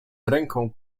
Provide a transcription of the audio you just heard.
ręką